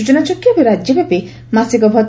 ସୂଚନାଯୋଗ୍ୟ ଏବେ ରାକ୍ୟ ବ୍ୟାପି ମାସିକ ଭଉ